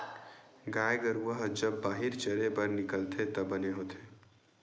गाय गरूवा ह जब बाहिर चरे बर निकलथे त बने होथे